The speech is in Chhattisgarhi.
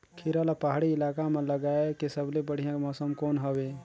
खीरा ला पहाड़ी इलाका मां लगाय के सबले बढ़िया मौसम कोन हवे?